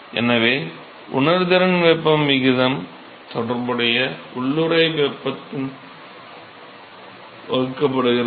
எனவே உணர்திறன் வெப்பத்தின் விகிதம் தொடர்புடைய உள்ளூறை வெப்பத்தால் வகுக்கப்படுகிறது